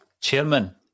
Chairman